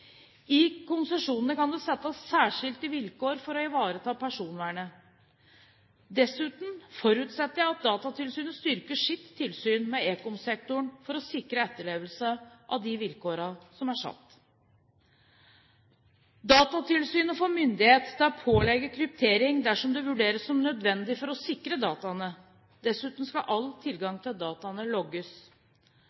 I konsesjonene kan det settes særskilte vilkår for å ivareta personvernet. Dessuten forutsetter jeg at Datatilsynet styrker sitt tilsyn med ekomsektoren for å sikre etterlevelse av de vilkårene som er satt. Datatilsynet får myndighet til å pålegge kryptering dersom det vurderes som nødvendig for å sikre dataene. Dessuten skal all